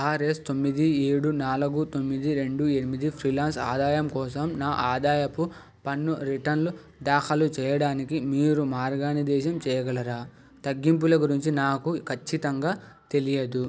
RS తొమ్మిది ఏడు నాలుగు తొమ్మిది రెండు ఎనిమిది ఫ్రీలాన్స్ ఆదాయం కోసం నా ఆదాయపు పన్ను రిటర్న్లు దాఖలు చెయ్యడానికి మీరు మార్గనిర్దేశం చెయ్యగలరా తగ్గింపులు గురించి నాకు ఖచ్చితంగా తెలియదు